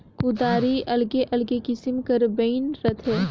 कुदारी अलगे अलगे किसिम कर बइन रहथे